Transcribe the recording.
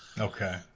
Okay